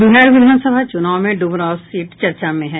बिहार विधान सभा चुनाव में डुमरांव सीट चर्चा में हैं